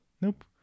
Nope